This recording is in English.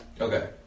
okay